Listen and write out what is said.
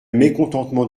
mécontentement